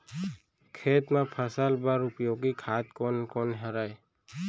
खेत म फसल बर उपयोगी खाद कोन कोन हरय?